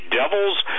devil's